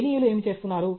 చైనీయులు ఏమి చేస్తున్నారు